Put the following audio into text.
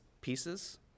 pieces